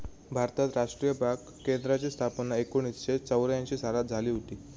भारतात राष्ट्रीय बाग केंद्राची स्थापना एकोणीसशे चौऱ्यांशी सालात झाली हुती